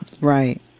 Right